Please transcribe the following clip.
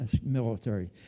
military